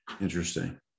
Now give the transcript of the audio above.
interesting